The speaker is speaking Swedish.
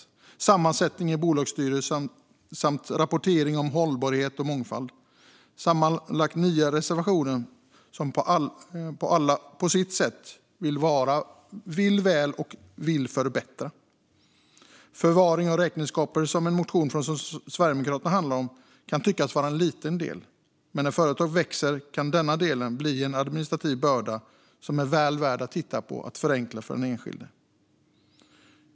Det handlar om sammansättningen i bolagsstyrelser samt rapportering om hållbarhet och mångfald. Sammanlagt finns nio reservationer som alla på sitt sätt vill väl och vill förbättra. Sverigedemokraterna har en motion om förvaring av räkenskaper, och det kan tyckas vara en liten del. Men när företag växer kan denna del bli en administrativ börda som är väl värd att titta på för att förenkla för den enskilde.